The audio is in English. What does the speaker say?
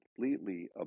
completely